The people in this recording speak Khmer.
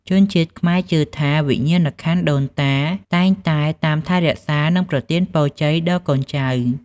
ជនជាតិខ្មែរជឿថា វិញ្ញាណក្ខន្ធដូនតាតែងតែតាមថែរក្សា និងប្រទានពរជ័យដល់កូនចៅ។